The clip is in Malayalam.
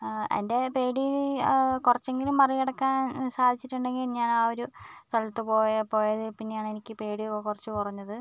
എൻറ്റെ പേടി കുറച്ചെങ്കിലും മറികടക്കാൻ സാധിച്ചിട്ടുണ്ടെങ്കിൽ ഞാൻ ആ ഒരു സ്ഥലത്ത് പോയ പോയതിൽ പിന്നെയാണ് എനിക്ക് പേടി കുറച്ച് കുറഞ്ഞത്